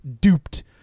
duped